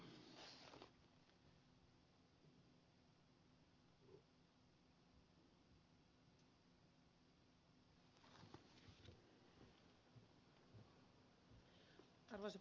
arvoisa puhemies